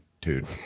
dude